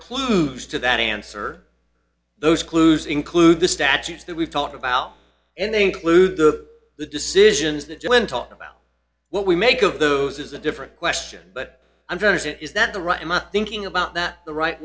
clues to that answer those clues include the statutes that we've talked about and they include the decisions that you and talk about what we make of those is a different question but i'm going to say is that the right thinking about that the right